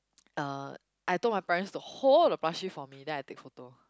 uh I told my parents to hold the Plushie for me then I take photo